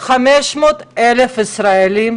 500,000 ישראלים,